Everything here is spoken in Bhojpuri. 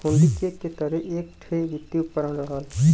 हुण्डी चेक के तरे एक ठे वित्तीय उपकरण रहल